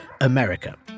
America